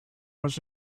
was